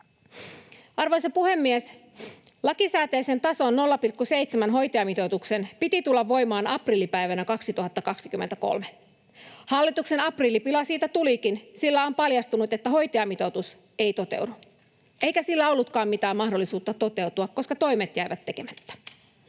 Arvoisa puhemies! Lakisääteisen tason 0,7:n hoitajamitoituksen piti tulla voimaan aprillipäivänä 2023. Hallituksen aprillipila siitä tulikin, sillä on paljastunut, että hoitajamitoitus ei toteudu. Eikä sillä ollut mitään mahdollisuuttakaan toteutua, koska toimet jäivät tekemättä.